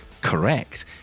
correct